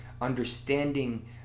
understanding